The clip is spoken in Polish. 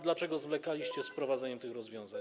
Dlaczego zwlekaliście z wprowadzeniem tych rozwiązań?